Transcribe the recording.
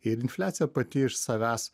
ir infliacija pati iš savęs